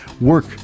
work